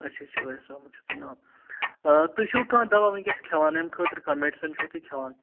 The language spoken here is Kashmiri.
اچھا اچھا اُویس احمد چھُ تۄہہِ ناو تُہۍ چھُو کانٛہہ دوا وٕنۍکٮ۪س کھٮ۪وان اَمۍ خٲطرٕ کانٛہہ مٮ۪ڈِسَن چھُو تُہۍ کھٮ۪وان